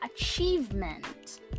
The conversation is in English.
achievement